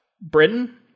Britain